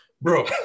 bro